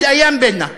ואל-איאם בנא,